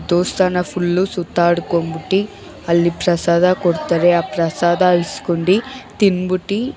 ದೇವ್ಸ್ಥಾನ ಫುಲ್ಲು ಸುತ್ತಾಡ್ಕೊಂಡ್ಬಿಟ್ಟು ಅಲ್ಲಿ ಪ್ರಸಾದ ಕೊಡ್ತಾರೆ ಆ ಪ್ರಸಾದ ಇಸ್ಕೊಂಡು ತಿಂದ್ಬಿಟ್ಟು